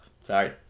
sorry